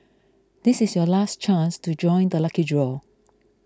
this is your last chance to join the lucky draw